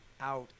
out